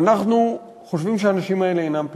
אנחנו חושבים שהאנשים האלה אינם פליטים,